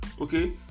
Okay